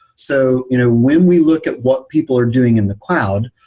so you know when we look at what people are doing in the cloud,